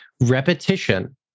repetition